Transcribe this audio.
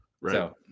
Right